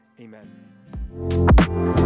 Amen